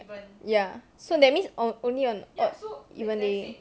ya so that means on only on odd even day